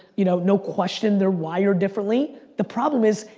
you know, no question. they're wired differently. the problem is,